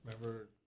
remember